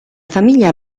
famiglia